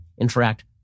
interact